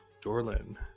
Dorlin